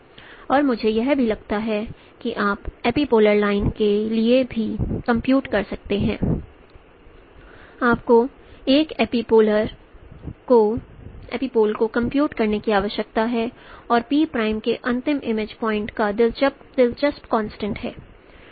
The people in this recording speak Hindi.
और मुझे यह भी लगता है कि आप एपीपोलर लाइन के लिए भी कंप्यूट कर सकते हैं आपको एक एपिपोल को कंप्यूट करने की आवश्यकता है और P प्राइम के अंतिम इमेज पॉइंट्स का दिलचस्प कॉन्सेप्ट्स हैं